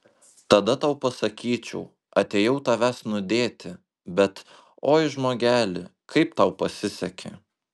tada tau pasakyčiau atėjau tavęs nudėti bet oi žmogeli kaip tau pasisekė